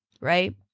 Right